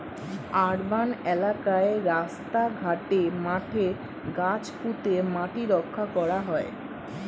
urban এলাকায় রাস্তা ঘাটে, মাঠে গাছ পুঁতে মাটি রক্ষা করা হয়